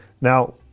Now